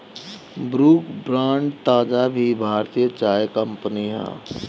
Brooke Bond ताज़ा भी भारतीय चाय कंपनी हअ